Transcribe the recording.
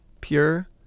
pure